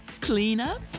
cleanup